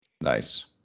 Nice